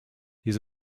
his